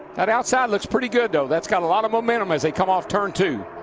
that outside looks pretty good, though. that's got a lot of momentum as they come off turn two.